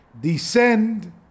descend